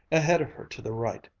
ahead of her to the right,